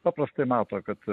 paprastai mato kad